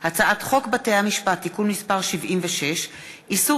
הצעת חוק בתי-המשפט (תיקון מס' 76) (איסור